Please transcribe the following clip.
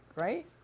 right